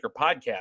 podcast